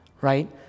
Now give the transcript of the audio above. right